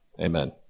Amen